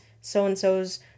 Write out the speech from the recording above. so-and-so's